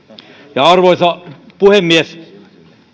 arvoisa puhemies